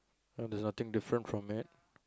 there's nothing different from that